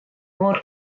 mor